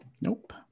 Nope